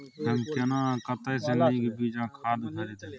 हम केना आ कतय स नीक बीज आ खाद खरीदे?